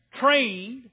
trained